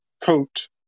coat